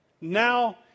now